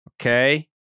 okay